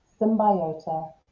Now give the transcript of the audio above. symbiota